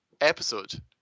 episode